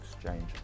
exchange